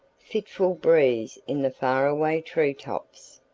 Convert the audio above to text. fitful breeze in the far-away tree-tops.